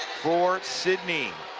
for sidney,